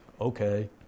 okay